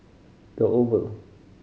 The Oval